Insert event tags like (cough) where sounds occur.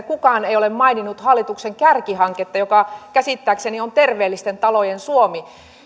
(unintelligible) kukaan ei ole maininnut hallituksen kärkihanketta joka käsittääkseni on terveellisten talojen suomi